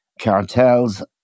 cartels